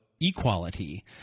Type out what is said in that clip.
equality